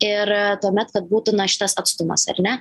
ir tuomet kad būtų na šitas atstumas ar ne